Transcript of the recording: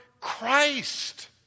Christ